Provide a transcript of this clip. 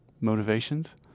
motivations